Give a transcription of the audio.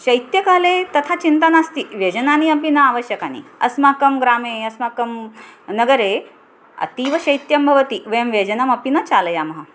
शैत्यकाले तथा चिन्ता नास्ति व्यजनानि अपि न आवश्यकानि अस्माकं ग्रामे अस्माकं नगरे अतीवशैत्यं भवति वयं व्यजनमपि न चालयामः